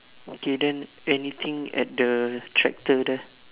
okay then anything at the tractor there